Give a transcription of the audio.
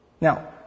Now